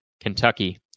Kentucky